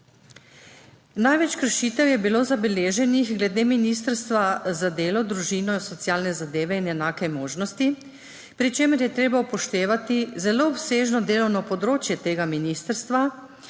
Največ kršitev je bilo zabeleženih glede Ministrstva za delo, družino, socialne zadeve in enake možnosti, pri čemer je treba upoštevati zelo obsežno delovno področje tega ministrstva,